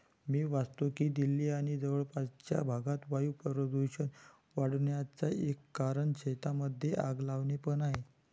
मी वाचतो की दिल्ली आणि जवळपासच्या भागात वायू प्रदूषण वाढन्याचा एक कारण शेतांमध्ये आग लावणे पण आहे